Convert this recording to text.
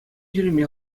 ҫӳреме